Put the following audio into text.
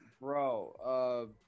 Bro